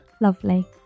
Lovely